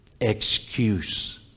Excuse